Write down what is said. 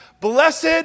Blessed